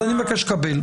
אני מבקש לקבל.